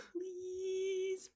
Please